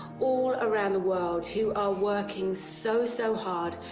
all around the world who are working so, so hard,